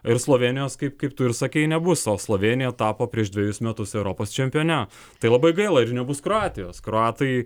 ir slovėnijos kaip kaip tu ir sakei nebus o slovėnija tapo prieš dvejus metus europos čempione tai labai gaila ir nebus kroatijos kroatai